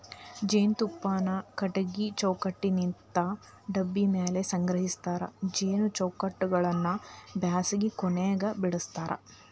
ಜೇನುತುಪ್ಪಾನ ಕಟಗಿ ಚೌಕಟ್ಟನಿಂತ ಡಬ್ಬಿ ಮ್ಯಾಲೆ ಸಂಗ್ರಹಸ್ತಾರ ಜೇನು ಚೌಕಟ್ಟಗಳನ್ನ ಬ್ಯಾಸಗಿ ಕೊನೆಗ ಬಿಡಸ್ತಾರ